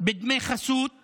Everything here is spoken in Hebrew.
בדמי חסות עירוניים,